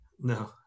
No